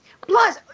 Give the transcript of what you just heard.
Plus